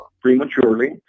prematurely